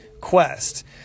quest